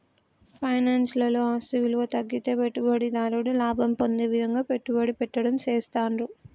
finance లలో ఆస్తి విలువ తగ్గితే పెట్టుబడిదారుడు లాభం పొందే విధంగా పెట్టుబడి పెట్టడం చేస్తాండ్రు